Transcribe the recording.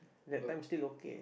that time still okay